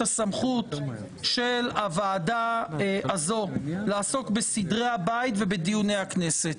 הסמכות של הוועדה הזו לעסוק בסדרי הבית ובדיוני הכנסת.